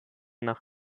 nach